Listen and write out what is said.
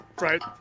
right